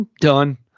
done